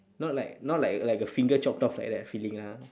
not like not like like a finger chopped off like that feeling ah